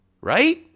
right